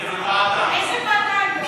איזו ועדה?